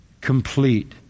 complete